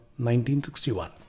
1961